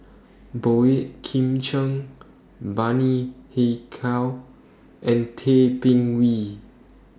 Boey Kim Cheng Bani Haykal and Tay Bin Wee